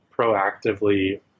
proactively